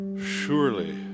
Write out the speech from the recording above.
Surely